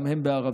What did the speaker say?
גם הם בערבית.